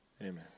Amen